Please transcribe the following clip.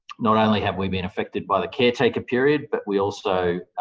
not only have we been affected by the caretaker period, but we also